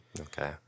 Okay